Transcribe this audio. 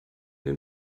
den